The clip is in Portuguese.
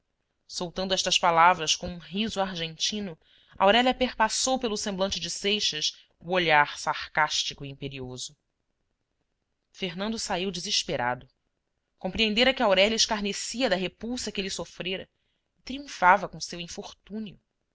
soltando estas palavras com um riso argentino aurélia perpassou pelo semblante de seixas o olhar sarcástico e imperioso fernando saiu desesperado compreendera que aurélia escarnecia da repulsa que ele sofrera e triunfava com seu infortúnio